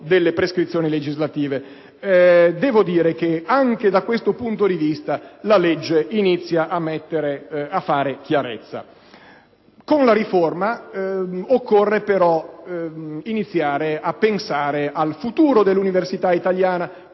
delle prescrizioni legislative. Anche da questo punto di vista, la legge inizia a fare chiarezza. Con la riforma, però, occorre iniziare a pensare al futuro dell'università italiana